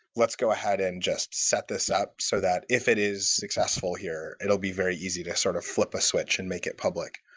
let's go ahead and just set this up so that if it is successful here, it'll be very easy to sort of flip a switch and make it public.